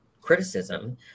criticism